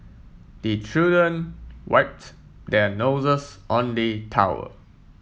the children wipe their noses on the towel